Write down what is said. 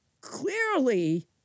clearly